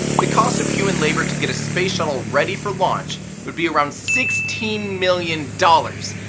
the cost of human labor to get a space shuttle ready for launch would be around sixteen million dollars!